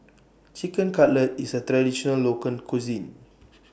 Chicken Cutlet IS A Traditional Local Cuisine